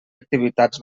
activitats